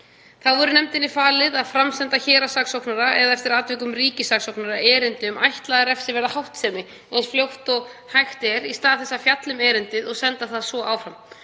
Þá er nefndinni falið að framsenda héraðssaksóknara, eða eftir atvikum ríkissaksóknara, erindi um ætlaða refsiverða háttsemi eins fljótt og hægt er í stað þess að fjalla um erindið og senda það svo áfram.